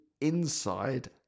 inside